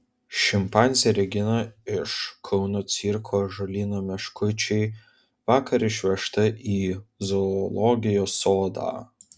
šimpanzė regina iš kauno cirko ąžuolyno meškučiai vakar išvežta į zoologijos sodą